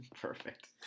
Perfect